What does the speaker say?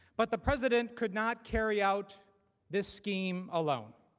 but the president cannot carry out this scheme alone.